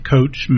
Coach